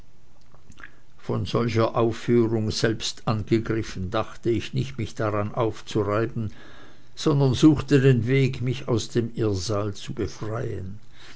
von solcher aufführung selbst angegriffen dachte ich nicht mich daran aufzureiben sondern suchte den weg mich aus dem irrsal zu befreien